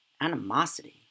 animosity